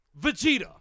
Vegeta